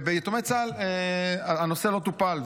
ביתומי צה"ל הנושא לא טופל.